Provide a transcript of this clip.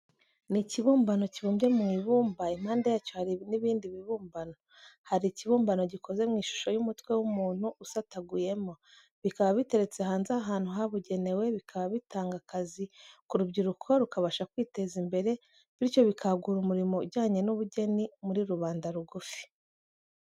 Ni ikibumbano kibumbye mu ibumba impande yacyo hari n'ibindi bibumbano. Hari ikibumbano gikoze mu ishusho y'umutwe w'umuntu usataguyemo, bikaba biteretse hanze ahantu habugenewe, bikaba bitanga akazi ku rubyiruko rukabasha kwiteza imbere, bityo bikagura umurimo ujyanye n'ubugeni muri rubanda rugufi.